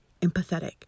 empathetic